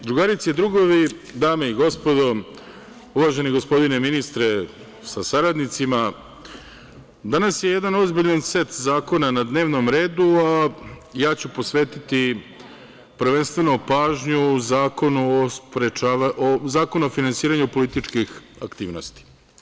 Drugarice i drugovi, dame i gospodo, uvaženi gospodine ministre sa saradnicima, danas je jedan ozbiljan set zakona na dnevnom redu, a ja ću posvetiti prvenstveno pažnju Zakonu o finansiranju političkih aktivnosti.